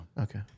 Okay